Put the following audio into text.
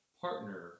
partner